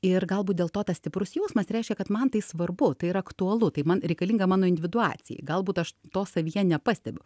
ir galbūt dėl to tas stiprus jausmas reiškia kad man tai svarbu tai yra aktualu man reikalinga mano individuacijai galbūt aš to savyje nepastebiu